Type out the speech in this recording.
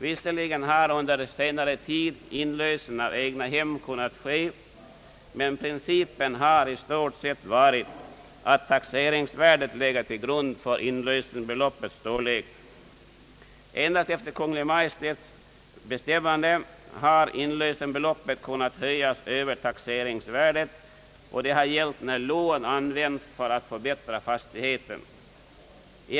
Visserligen har under senare tid inlösen av egnahem kunnat ske, men principen har i stort sett varit att taxeringsvärdet legat till grund för inlösenbeloppets storlek. Endast efter Kungl. Maj:ts bestämmande har inlösenbeloppet kunnat höjas över taxeringsvärdet, nämligen när lån har använts för att förbättra en fastighet.